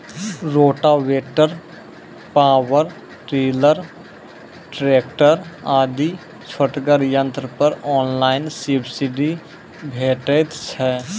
Rotavator, power tiller, tractor आदि छोटगर यंत्र पर ऑनलाइन सब्सिडी भेटैत छै?